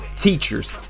teachers